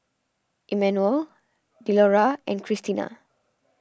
Emanuel Delora and Krystina